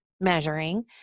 measuring